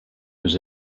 was